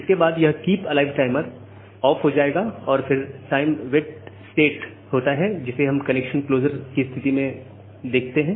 इसके बाद यह कीप अलाइव टाइमर ऑफ हो जाएगा और फिर टाइम वेट स्टेट होता है जिसे हमने कनेक्शन क्लोजर की स्थिति में देखा है